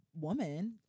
woman